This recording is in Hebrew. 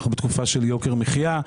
אנחנו בתקופה של יוקר מחיה.